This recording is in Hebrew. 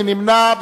מי נמנע?